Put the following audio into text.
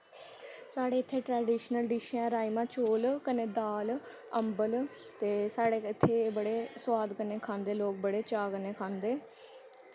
साढ़े इत्थै traditional dish ऐ राजमांह् चौल कन्नै दाल अम्बल ते साढ़े इत्थै बड़े सोआद कन्नै खंदे लोग बड़ा चाऽ कन्नै खंदे